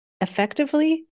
effectively